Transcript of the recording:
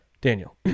daniel